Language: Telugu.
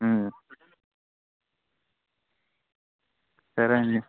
సరే అండి